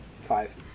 five